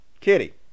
Kitty